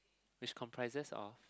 which comprises of